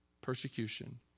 persecution